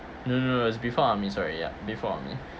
no no it was before army sorry ya before army